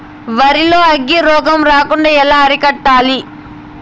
వరి లో అగ్గి రోగం రాకుండా ఎలా అరికట్టాలి?